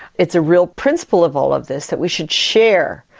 it's a real principle of all of this that we should share.